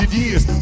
years